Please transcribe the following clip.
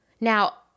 now